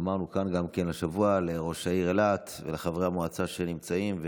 אמרנו גם כאן השבוע לראש העיר אילת ולחברי המועצה שנמצאים,